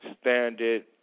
standard